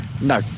No